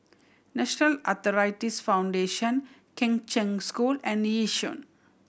National Arthritis Foundation Kheng Cheng School and Yishun